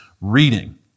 reading